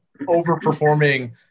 overperforming